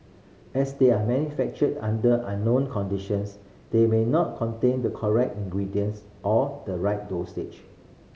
as they are manufactured under unknown conditions they may not contain the correct ingredients or the right dosages